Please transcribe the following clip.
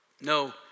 No